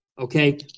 okay